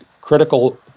critical